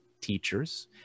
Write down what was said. teachers